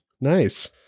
nice